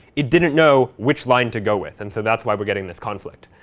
it didn't know which line to go with. and so that's why we're getting this conflict.